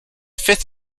fifth